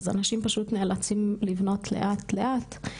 אז אנשים פשוט נאלצים לבנות לאט לאט,